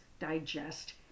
digest